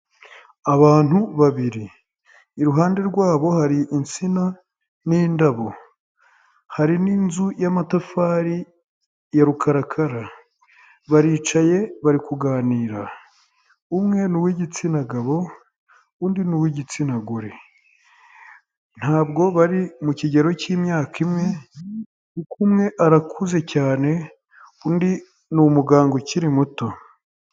Abantu babiri iruhande rwabo hari insina n'indabo hari n'inzu y'amatafari ya rukarakara baricaye bari kuganira. umwe n'uw'igitsina gabo undi n'uw'igitsina gore, ntabwo bari mu kigero cy'imyaka imwe, umwe arakuze cyane undi ni umuganga ukiri muto.